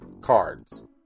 cards